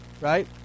right